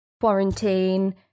quarantine